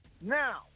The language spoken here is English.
now